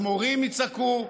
אז מורים יצעקו,